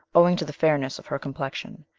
owing to the fairness of her complexion.